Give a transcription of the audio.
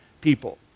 people